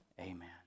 Amen